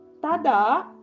Tada